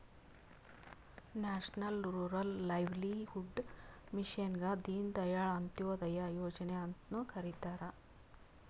national rural livelihood ಮಿಷನ್ಗ ದೀನ್ ದಯಾಳ್ ಅಂತ್ಯೋದಯ ಯೋಜನೆ ಅಂತ್ನು ಕರಿತಾರ